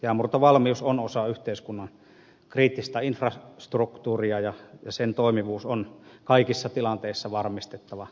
jäänmurtovalmius on osa yhteiskunnan kriittistä infrastruktuuria ja sen toimivuus on kaikissa tilanteissa varmistettava